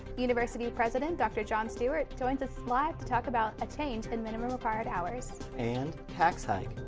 university president doctor john stewart joins us live to talk about a change in minimum required hours. and tax hike.